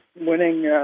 winning